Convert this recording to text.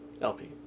LP